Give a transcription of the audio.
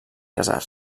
casar